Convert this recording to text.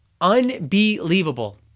unbelievable